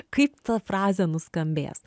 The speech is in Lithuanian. kaip ta frazė nuskambės